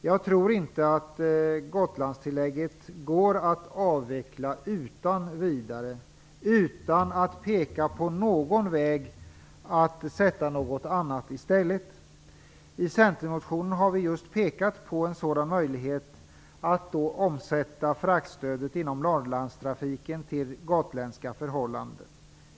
Jag tror inte att Gotlandstillägget går att avveckla utan vidare, om man inte pekar på någon väg att hitta något annat i dess ställe. I centermotionen pekar vi på just möjligheten att omsätta fraktstödet inom Norrlandstrafiken till gotländska förhållanden.